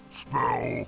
spell